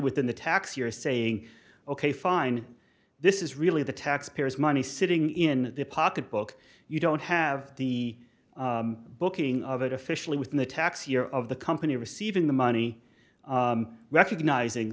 within the tax year saying ok fine this is really the taxpayers money sitting in the pocket book you don't have the booking of it officially within the tax year of the company receiving the money recognizing